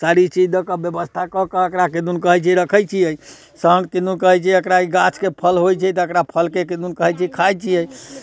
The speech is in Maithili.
सारी चीज दऽ कऽ व्यवस्था कऽ कऽ एकरा किदुन कहैत छै रखैत छियै सहन किदुन कहैत छै एकरा ई गाछमे फल होइत छै तकरा फलके किदुन कहैत छै खाइत छियै